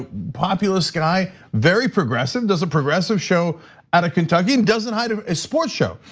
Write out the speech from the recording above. ah populist guy, very progressive. does a progressive show out of kentucky and doesn't hide? ah it's sports show,